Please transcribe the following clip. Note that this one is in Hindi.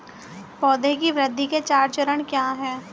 पौधे की वृद्धि के चार चरण क्या हैं?